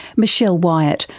michelle wyatt,